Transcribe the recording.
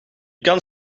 kan